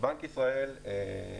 שבנק ישראל,